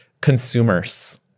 consumers